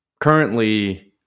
currently